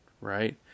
right